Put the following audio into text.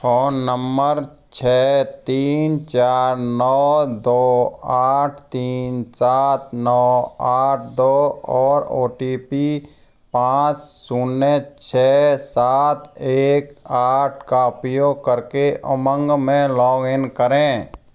phone number छः तीन चार नौ दो आठ तीन सात नौ आठ दो और ओ टी पी पाँच शून्य छः सात एक आठ का उपयोग करके उमंग में लॉग इन करें